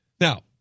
Now